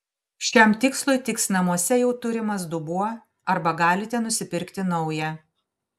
šiam tikslui tiks namuose jau turimas dubuo arba galite nusipirkti naują